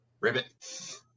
Ribbit